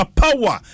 power